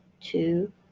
two